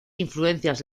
influencias